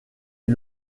est